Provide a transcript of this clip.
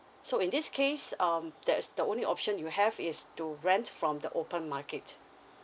so in this case um that's the only option you have is to rent from the open market